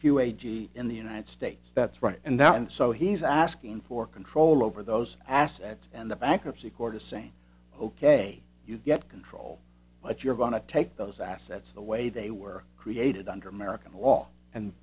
g in the united states that's right and that and so he's asking for control over those assets and the bankruptcy court is saying ok you get control but you're gonna take those assets the way they were created under american law and